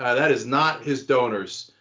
ah that is not his donors.